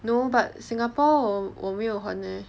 no but singapore 我没有很 eh